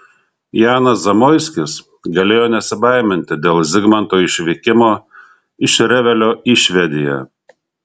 janas zamoiskis galėjo nesibaiminti dėl zigmanto išvykimo iš revelio į švediją